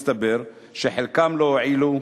הסתבר שחלקם לא הועילו,